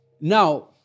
Now